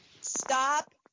Stop